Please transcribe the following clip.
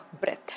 breath